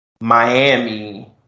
Miami